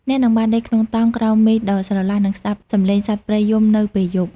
អ្នកនឹងបានដេកក្នុងតង់ក្រោមមេឃដ៏ស្រឡះ និងស្តាប់សំឡេងសត្វព្រៃយំនៅពេលយប់។